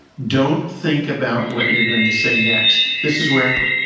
don't think about what you're going to say next. this is where,